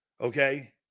Okay